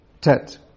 Tet